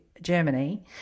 Germany